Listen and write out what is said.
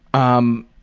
um,